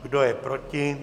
Kdo je proti?